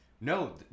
No